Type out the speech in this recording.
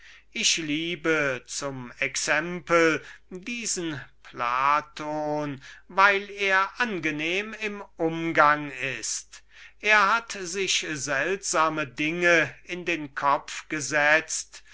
ich liebe zum exempel diesen platon weil er angenehm im umgang ist er hat sich seltsame dinge in den kopf gesetzt